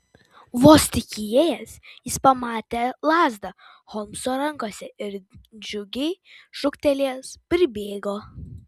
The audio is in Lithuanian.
vos tik įėjęs jis pamatė lazdą holmso rankose ir džiugiai šūktelėjęs pribėgo